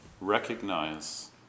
recognize